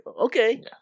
okay